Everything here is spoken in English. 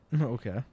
Okay